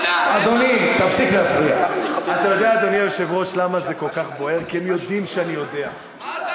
יודע, אדוני היושב-ראש, כואב לי באמת.